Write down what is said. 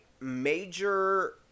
major